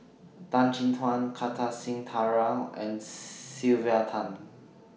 Tan Chin Tuan Kartar Singh Thakral and Sylvia Tan